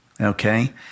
Okay